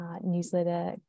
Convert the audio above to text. newsletter